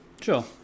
Sure